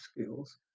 skills